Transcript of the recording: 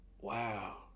wow